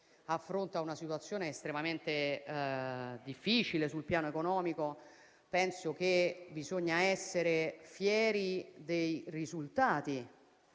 affronta una situazione estremamente difficile sul piano economico, io penso che bisogna essere fieri dei risultati